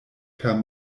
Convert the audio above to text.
per